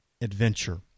adventure